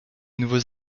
nouveaux